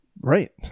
Right